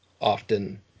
often